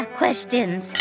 questions